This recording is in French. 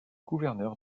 gouverneur